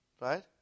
Right